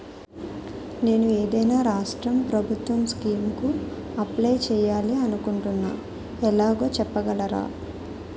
నేను ఏదైనా రాష్ట్రం ప్రభుత్వం స్కీం కు అప్లై చేయాలి అనుకుంటున్నా ఎలాగో చెప్పగలరా?